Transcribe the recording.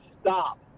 stop